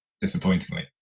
disappointingly